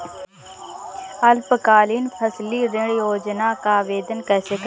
अल्पकालीन फसली ऋण योजना का आवेदन कैसे करें?